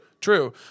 True